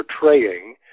portraying